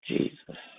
Jesus